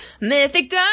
Mythic